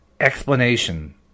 explanation